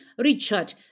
Richard